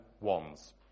ones